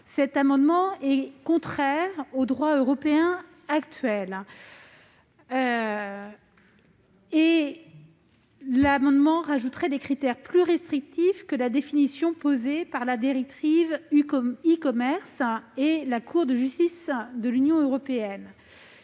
cet amendement est contraire au droit européen actuel, puisqu'il tend à ajouter des critères plus restrictifs que la définition posée par la directive dite « e-commerce » et par la Cour de justice de l'Union européenne.